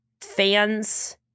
fans